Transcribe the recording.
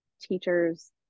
teachers